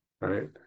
right